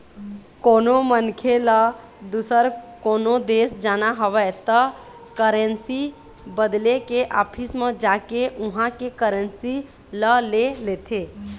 कोनो मनखे ल दुसर कोनो देश जाना हवय त करेंसी बदले के ऑफिस म जाके उहाँ के करेंसी ल ले लेथे